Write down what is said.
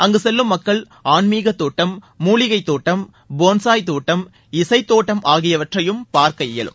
அங்கு செல்லும் மக்கள் ஆன்மீக தோட்டம் மூலிகை தோட்டம் போன்சாய் தோட்டம் இசைத் தோட்டம் ஆகியவற்றையும் பார்க்க இயலும்